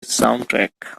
soundtrack